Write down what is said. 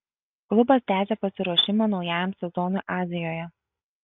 klubas tęsia pasiruošimą naujajam sezonui azijoje